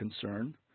concern